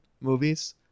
movies